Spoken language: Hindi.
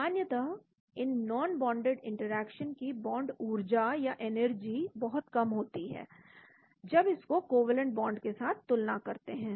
सामान्यतः इन नॉनबोंडेड इंटरेक्शन की बॉन्ड ऊर्जा या एनर्जी बहुत कम होती है जब इसको कोवैलेंट बांड के साथ तुलना करते हैं